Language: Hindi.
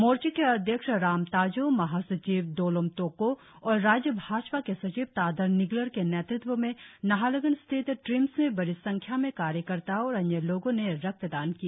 मोर्चे के अध्यक्ष राम ताजो महासचिव दोलोम तोको और राज्य भाजपा के सचिव तादर निगलर के नेतृत्व में नाहरलग्न स्थित ट्रिम्स में बड़ी संख्या में कार्यकर्ताओं और अन्य लोगों ने रक्तदान किया